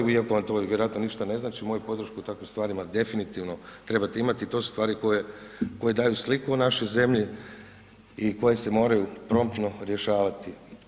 I moju, iako vam to vjerojatno ništa ne znači, moju podršku u takvim stvarima definitivno trebate imati i to su stvari koje daju sliku o našoj zemlji koje se moraju promptno rješavati.